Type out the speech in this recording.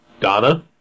Donna